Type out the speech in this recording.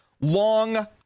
long